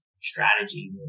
strategy